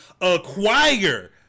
acquire –